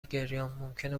گریانممکنه